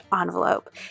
envelope